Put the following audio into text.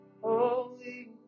holy